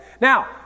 Now